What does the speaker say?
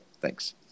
Thanks